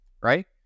right